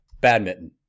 Badminton